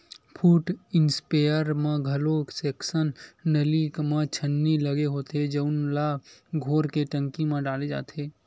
foot sprayer म घलो section नली म छन्नी लगे होथे जउन ल घोर के टंकी म डाले जाथे